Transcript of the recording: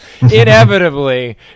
inevitably